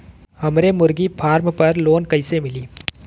हमरे मुर्गी फार्म पर लोन कइसे मिली?